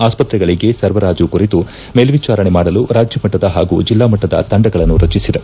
ಆಸ್ಪತ್ರೆಗಳಿಗೆ ಸರಬರಾಜು ಕುರಿತು ಮೇಲ್ವಿಚಾರಣೆ ಮಾಡಲು ರಾಜ್ಯಮಟ್ಟದ ಹಾಗೂ ಜಿಲ್ಲಾ ಮಟ್ಟದ ತಂಡಗಳನ್ನು ರಚಿಸಿದೆ